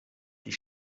die